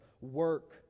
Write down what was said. work